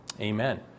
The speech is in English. amen